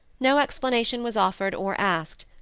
no explanation was offered or asked,